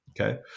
Okay